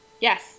Yes